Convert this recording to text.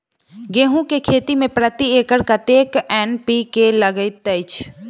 गेंहूँ केँ खेती मे प्रति एकड़ कतेक एन.पी.के लागैत अछि?